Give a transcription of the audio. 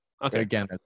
again